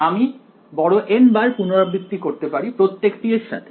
আমি N বার পুনরাবৃত্তি করতে পারি প্রত্যেকটি এর সাথে